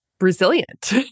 Resilient